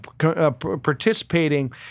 participating